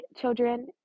children